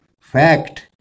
fact